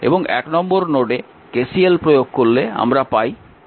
এবং 1 নম্বর নোডে KCL প্রয়োগ করলে আমরা পাই i i1 i2